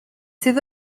sydd